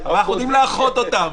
אבל אנחנו יודעים לאחות אותם.